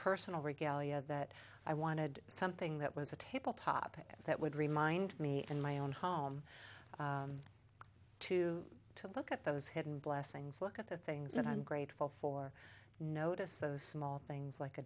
personal regalia that i wanted something that was a tabletop that would remind me and my own home to look at those hidden blessings look at the things that i'm grateful for notice so small things like a